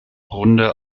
runde